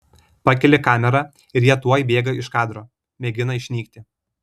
pakeli kamerą ir jie tuoj bėga iš kadro mėgina išnykti